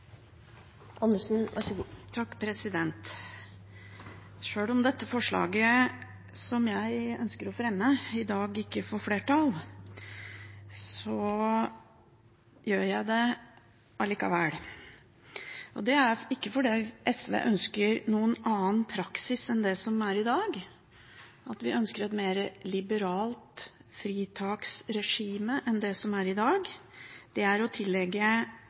Sjøl om dette forslaget som jeg ønsker å fremme, i dag ikke får flertall, gjør jeg det allikevel. Det er ikke fordi SV ønsker noen annen praksis enn den som er i dag, at vi ønsker et mer liberalt fritaksregime enn det som er i dag. Det er å tillegge